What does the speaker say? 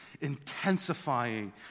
intensifying